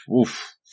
oof